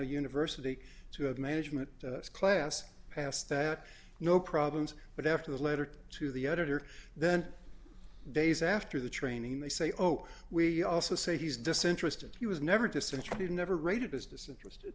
university to have management class pass that no problems but after the letter to the editor then days after the training they say oh we also say he's disinterested he was never disinterested never rated as disinterested